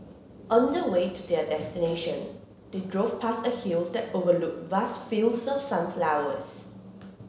on the way to their destination they drove past a hill that overlooked vast fields of sunflowers